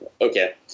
okay